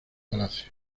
palacio